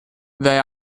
they